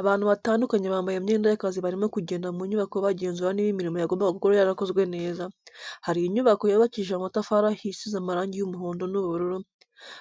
Abantu batandukanye bambaye imyenda y'akazi barimo kugenda mu nyubako bagenzura niba imirimo yagombaga gukorwa yarakozwe neza, hari inyubako yubakishije amatafari ahiye isize amarangi y'umuhondo n'ubururu,